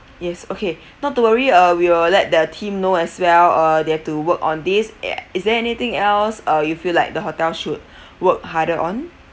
yes okay not to worry uh we will let the team know as well uh they have to work on this uh is there anything else uh you feel like the hotel should work harder on